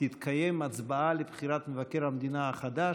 תתקיים הצבעה לבחירת מבקר המדינה החדש,